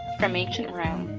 from ancient rome